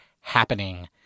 happening